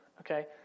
okay